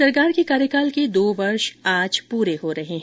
राज्य सरकार के कार्यकाल के दो वर्ष आज पूरे हो रहे हैं